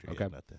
okay